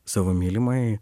savo mylimai